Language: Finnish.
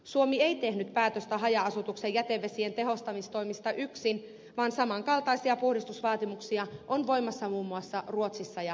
suomi ei tehnyt päätöstä haja asutuksen jätevesien tehostamistoimista yksin vaan samankaltaisia puhdistusvaatimuksia on voimassa muun muassa ruotsissa ja saksassa